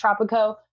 Tropico